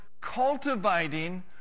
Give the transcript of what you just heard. cultivating